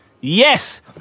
Yes